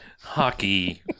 hockey